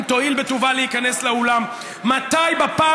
אם תואיל בטובה להיכנס לאולם: מתי בפעם